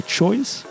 choice